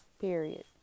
period